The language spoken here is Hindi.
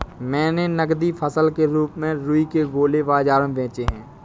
मैंने नगदी फसल के रूप में रुई के गोले बाजार में बेचे हैं